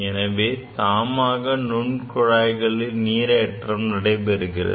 எனவே தாமாக நுண் குழாய்களில் நீரேற்றம் ஏற்படுகிறது